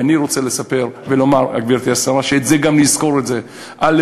ואני רוצה לספר ולומר, גברתי השרה, וגם נזכור: א.